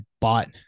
bought